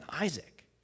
Isaac